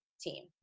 team